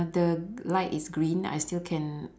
the light is green I still can